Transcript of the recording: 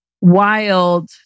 wild